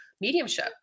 mediumship